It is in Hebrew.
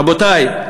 רבותי,